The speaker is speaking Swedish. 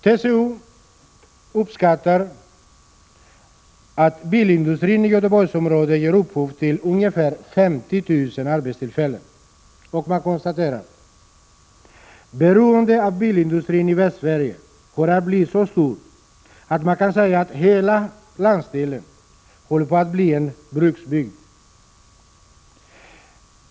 TCO uppskattar att bilindustrin i Göteborgsområdet ger upphov till ungefär 50 000 arbetstillfällen. Man konstaterar att beroendet av bilindustrin i Västsverige har blivit så stort att man kan säga att hela landsdelen håller på att bli en bruksbygd.